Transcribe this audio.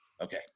okay